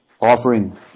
offering